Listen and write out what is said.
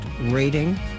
rating